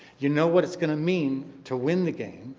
you know what it's going to mean to win the game.